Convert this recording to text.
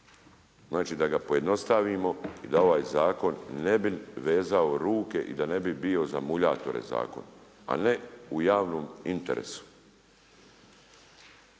znači da ga pojednostavimo i da ovaj zakon ne bi vezao ruke i da ne bi bio za muljatore zakon, a ne u javnom interesu.